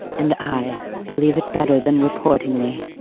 and i believe it better than reportingly.